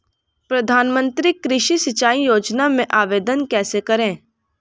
प्रधानमंत्री कृषि सिंचाई योजना में आवेदन कैसे करें?